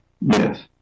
Yes